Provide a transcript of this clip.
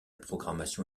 programmation